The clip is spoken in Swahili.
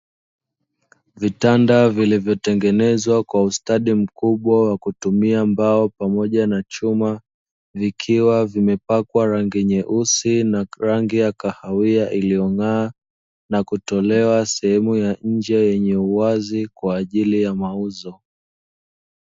Vitanda vilivyotengenezwa kwa ustadi mkubwa wa kutumia mbao pamoja na chuma, vikiwa vimepakwa rangi nyeusi na rangi ya kahawia iliyong’aa, na kutolewa sehemu ya nje yenye uwazi kwa ajili ya mauzo.